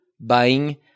buying